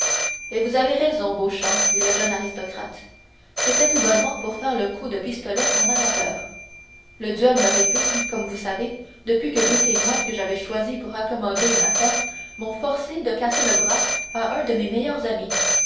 et vous avez raison beauchamp dit le jeune aristocrate c'était tout bonnement pour faire le coup de pistolet en amateur le duel me répugne comme vous savez depuis que deux témoins que j'avais choisis pour accommoder une affaire m'ont forcé de casser le bras à un de mes meilleurs amis